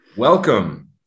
Welcome